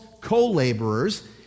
co-laborers